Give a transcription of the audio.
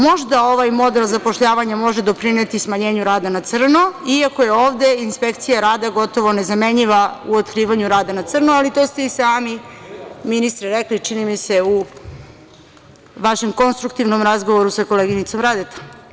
Možda ovaj model zapošljavanja može doprineti smanjenju rada na crno, iako je ovde inspekcija rada gotovo nezamenljiva u otkrivanju rada na crno, ali to ste i sami ministre rekli, čini mi se, u vašem konstruktivnom razgovoru sa koleginicom Radetom.